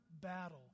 battle